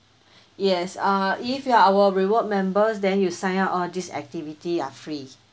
yes uh if you are our reward members then you sign up all these activity are free